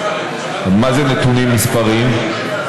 מה זה נתונים מספריים?